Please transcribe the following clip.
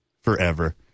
forever